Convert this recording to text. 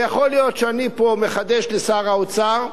ויכול להיות שאני פה מחדש לשר האוצר,